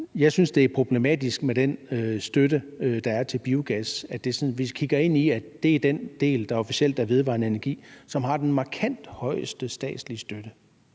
Jeg synes, det er problematisk med den støtte, der er til biogas. Vi kigger ind i, at det er den del af det, der officielt er vedvarende energi, som får den markant største statslige støtte.